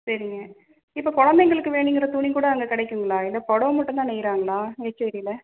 சரிங்க இப்போ குழந்தைங்களுக்கு வேணுங்கற துணி கூட அங்கே கிடைக்குங்களா இல்லை புடவ மட்டும்தான் நெய்யிறாங்களா மேச்செரியில்